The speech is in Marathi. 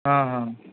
हां हां